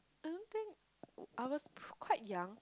I don't think I was quite young